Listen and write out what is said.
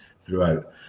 throughout